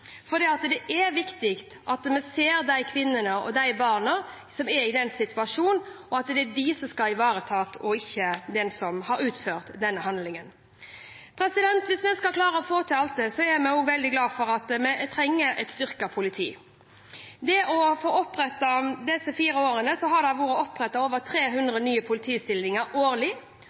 omvendt voldsalarm, for det er viktig at vi ser de kvinnene og de barna som er i denne situasjonen, og at det er de som skal ivaretas, ikke den som har utført handlingen. Hvis en skal klare å få til alt dette, trenger vi et styrket politi. Disse fire årene har det blitt opprettet over 300 nye politistillinger årlig,